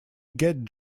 get